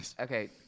Okay